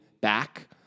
back